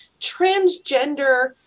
transgender